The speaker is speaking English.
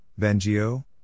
Benjio